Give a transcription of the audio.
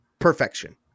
Perfection